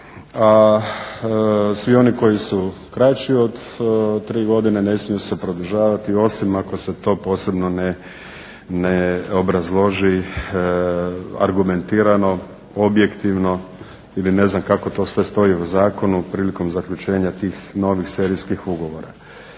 a svi oni koji su kraći od 3 godine ne smiju se produžavati osim ako se to posebno ne obrazloži argumentirano, objektivno ili ne znam kako to sve stoji u zakonu prilikom zaključenja tih novih serijskih ugovora.